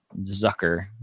Zucker